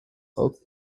oak